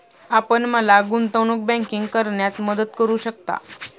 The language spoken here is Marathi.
आपण मला गुंतवणूक बँकिंग करण्यात मदत करू शकता?